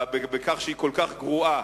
היא כל כך גרועה,